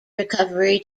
recovery